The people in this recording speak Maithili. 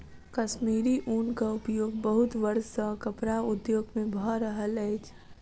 कश्मीरी ऊनक उपयोग बहुत वर्ष सॅ कपड़ा उद्योग में भ रहल अछि